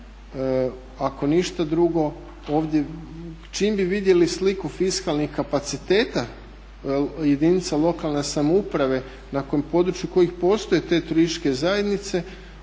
Ako ništa drugo ovdje čim bi vidjeli sliku fiskalnih kapaciteta jedinica lokalne samouprave …/Govornik se ne razumije./… koje postoje te turističke zajednice